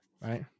right